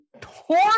torn